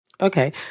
Okay